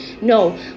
no